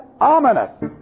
ominous